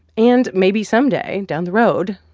and maybe some day down the road,